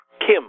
Kim